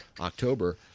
October